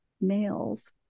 males